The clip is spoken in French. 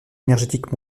énergétique